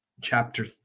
chapter